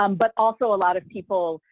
um but also a lot of people,